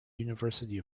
university